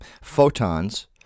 photons